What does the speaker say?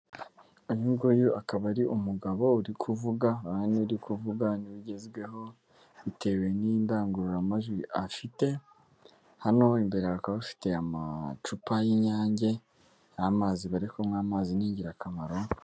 Uyunguyu akaba ari umugabo uri kuvuga, aha niwe uri kuvuga niwe ugazweho bitewe n'indangururamajwi, hano imbere bakaba bafite amacupa y'inyange n'amazi bari kunywa, amazi ni ingirakamaro.